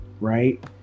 right